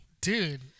Dude